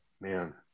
Man